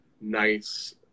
nice